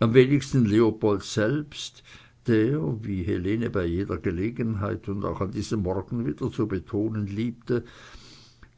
am wenigsten leopold selbst der wie helene bei jeder gelegenheit und auch an diesem morgen wieder zu betonen liebte